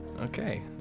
Okay